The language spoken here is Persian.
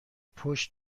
پشت